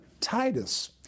Titus